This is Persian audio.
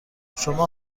شما